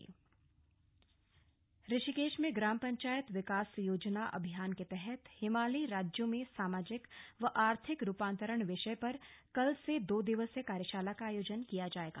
कार्यशाला ऋषिकेश ऋषिकेश में ग्राम पंचायत विकास योजना अभियान के तहत हिमालयी राज्यों में सामाजिक व आर्थिक रूपांतरण विषय पर कल से दो दिवसीय कार्यशाला का आयोजन किया जाएगा